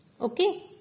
Okay